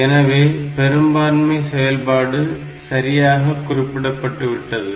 எனவே பெரும்பான்மை செயல்பாடு சரியாக குறிப்பிடபட்டுவிட்டது